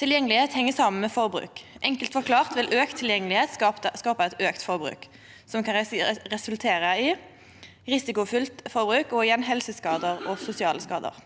Tilgjengelegheit heng saman med forbruk. Enkelt forklart vil auka tilgjengelegheit skapa eit auka forbruk, som kan resultera i risikofylt forbruk og igjen helseskadar og sosiale skadar.